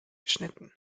geschnitten